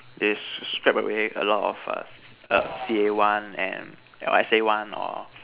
they scrap away a lot of err C_A one and your S_A one or